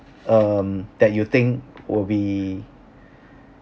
um that you think will be